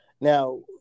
Now